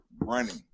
running